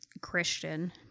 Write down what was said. christian